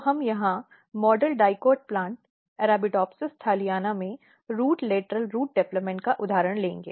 तो हम यहां model dicot plant Arabidopsis thaliana में रूट लेटरल रूट डेवलपमेंट का उदाहरण लेंगे